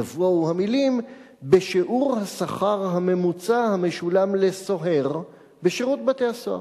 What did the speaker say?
יבואו המלים: "בשיעור השכר הממוצע המשולם לסוהר בשירות בתי-הסוהר",